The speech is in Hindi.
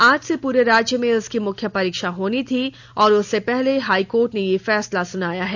आज से पूरे राज्य में इसकी मुख्य परीक्षा होनी थी और उससे पहले हाईकोर्ट ने यह फैसला सुनाया है